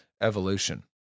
evolution